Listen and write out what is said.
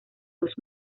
los